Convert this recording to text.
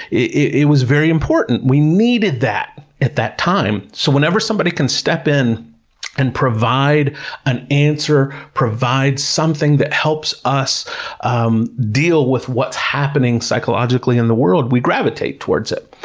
it was very important, we needed that at that time. so whenever somebody can step in and provide an answer, provide something that helps us um deal with what's happening psychologically in the world, we gravitate towards it.